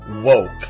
woke